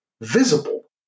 visible